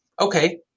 Okay